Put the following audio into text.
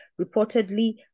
reportedly